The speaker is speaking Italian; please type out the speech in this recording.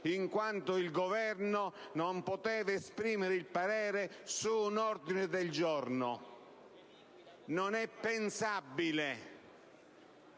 in quanto il Governo non poteva esprimere il parere su un ordine del giorno. Non è pensabile